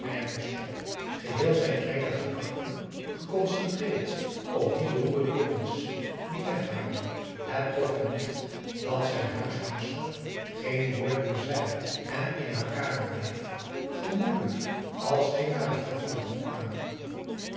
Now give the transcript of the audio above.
op geheel zijn kleine gedachten geconcentreerd op die beroerde jongens die weg waren het trof hem niet dat zijn huishoudster geen woord meer zei en in haar kamer bleef gemoedelijk als ging haar t geval niet aan